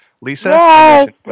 Lisa